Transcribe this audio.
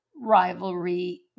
rivalry